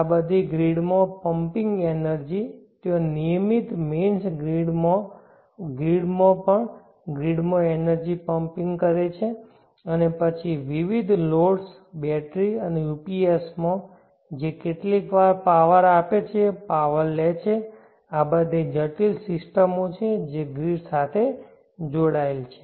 આ બધી ગ્રીડમાં પમ્પિંગ એનર્જી ત્યાં નિયમિત મેઇન્સ ગ્રીડ પણ ગ્રીડમાં એનર્જી પંપીંગ કરે છે અને પછી વિવિધ લોડ્સ બેટરી અને UPSs જે કેટલીકવાર પાવર આપે છે પાવર લે છે આ બધી જટિલ સિસ્ટમો છે જે ગ્રીડ સાથે જોડાયેલ છે